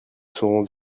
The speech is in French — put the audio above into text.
serons